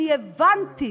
אני הבנתי